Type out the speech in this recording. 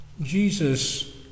Jesus